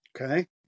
Okay